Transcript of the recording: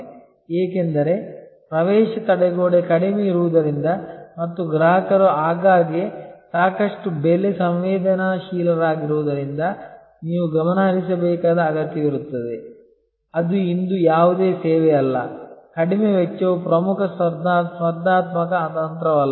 ಏಕೆಂದರೆ ಪ್ರವೇಶ ತಡೆಗೋಡೆ ಕಡಿಮೆ ಇರುವುದರಿಂದ ಮತ್ತು ಗ್ರಾಹಕರು ಆಗಾಗ್ಗೆ ಸಾಕಷ್ಟು ಬೆಲೆ ಸಂವೇದನಾಶೀಲರಾಗಿರುವುದರಿಂದ ನೀವು ಗಮನಹರಿಸಬೇಕಾದ ಅಗತ್ಯವಿರುತ್ತದೆ ಅದು ಇಂದು ಯಾವುದೇ ಸೇವೆಯಲ್ಲ ಕಡಿಮೆ ವೆಚ್ಚವು ಪ್ರಮುಖ ಸ್ಪರ್ಧಾತ್ಮಕ ತಂತ್ರವಲ್ಲ